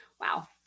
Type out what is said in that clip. Wow